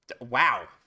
Wow